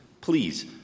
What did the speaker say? Please